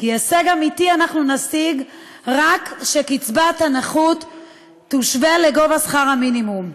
כי הישג אמיתי אנחנו נשיג רק כשקצבת הנכות תושווה לשכר המינימום.